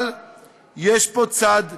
אבל יש פה צד חיובי: